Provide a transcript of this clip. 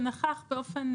שנכח באופן